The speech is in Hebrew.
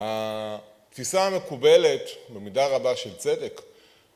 התפיסה המקובלת במידה רבה של צדק